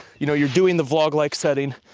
you know you're doing the vlog-like setting,